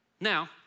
Now